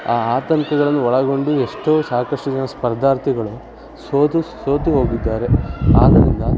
ಆ ಆತಂಕಗಳನ್ನು ಒಳಗೊಂಡು ಎಷ್ಟೋ ಸಾಕಷ್ಟು ಜನ ಸ್ಪರ್ಧಾರ್ಥಿಗಳು ಸೋತು ಸೋತು ಹೋಗಿದ್ದಾರೆ ಆದ್ದರಿಂದ